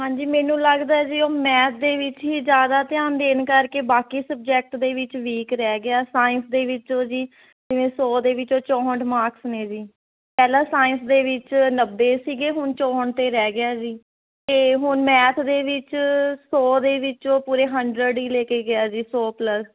ਹਾਂਜੀ ਮੈਨੂੰ ਲੱਗਦਾ ਜੀ ਉਹ ਮੈਥ ਦੇ ਵਿੱਚ ਹੀ ਜ਼ਿਆਦਾ ਧਿਆਨ ਦੇਣ ਕਰਕੇ ਬਾਕੀ ਸਬਜੈਕਟ ਦੇ ਵਿੱਚ ਵੀਕ ਰਹਿ ਗਿਆ ਸਾਇੰਸ ਦੇ ਵਿੱਚੋਂ ਜੀ ਜਿਵੇਂ ਸੌ ਦੇ ਵਿੱਚੋਂ ਚੌਂਹਠ ਮਾਰਕਸ ਨੇ ਜੀ ਪਹਿਲਾਂ ਸਾਇੰਸ ਦੇ ਵਿੱਚ ਨੱਬੇ ਸੀਗੇ ਹੁਣ ਚੌਹਠ ਅਤੇ ਰਹਿ ਗਿਆ ਜੀ ਅਤੇ ਹੁਣ ਮੈਥ ਦੇ ਵਿੱਚ ਸੌ ਦੇ ਵਿੱਚੋਂ ਪੂਰੇ ਹੰਡਰਡ ਹੀ ਲੈ ਕੇ ਗਿਆ ਜੀ ਸੌ ਪਲੱਸ